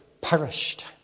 perished